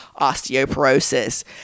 osteoporosis